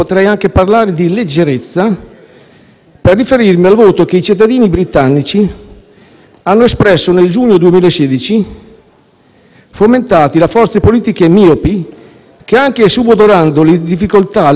per riferirmi al voto che i cittadini britannici hanno espresso nel giugno 2016, fomentati da forze politiche miopi che anche subodorando le difficoltà legate all'esito della vittoria di misura